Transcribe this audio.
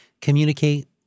Communicate